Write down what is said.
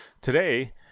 today